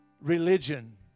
religion